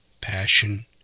passion